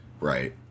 right